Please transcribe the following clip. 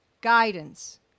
guidance